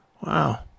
Wow